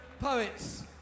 poets